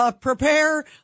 prepare